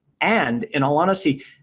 and in all honesty,